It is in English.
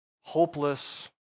hopeless